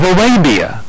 Arabia